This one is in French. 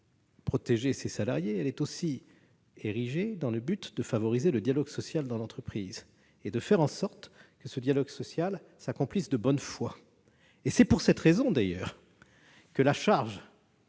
protéger, puisqu'elle l'est aussi afin de favoriser le dialogue social dans l'entreprise et de faire en sorte que ce dialogue social s'accomplisse de bonne foi. C'est pour cette raison d'ailleurs que la charge